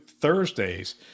Thursdays